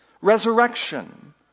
Resurrection